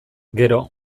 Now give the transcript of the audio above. gero